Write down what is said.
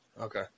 Okay